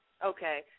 Okay